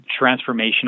transformational